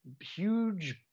huge